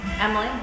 emily